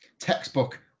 textbook